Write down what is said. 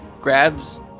grabs